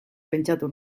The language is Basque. pentsatu